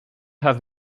have